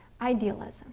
idealism